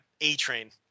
A-Train